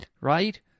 Right